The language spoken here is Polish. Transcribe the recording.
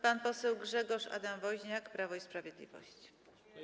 Pan poseł Grzegorz Adam Woźniak, Prawo i Sprawiedliwość.